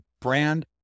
brand